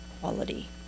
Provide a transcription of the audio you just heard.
quality